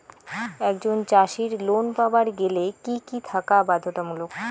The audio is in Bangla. একজন চাষীর লোন পাবার গেলে কি কি থাকা বাধ্যতামূলক?